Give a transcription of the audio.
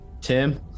Tim